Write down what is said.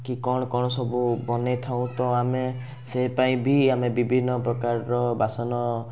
କି କ'ଣ କ'ଣ ସବୁ ବନେଇଥାଉ ତ ଆମେ ଆମେ ସେ ପାଇଁ ବି ଆମେ ବିଭିନ୍ନ ପ୍ରକାରର ବାସନ